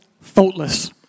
faultless